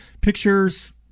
pictures